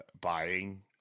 buying